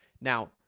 Now